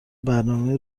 برنامه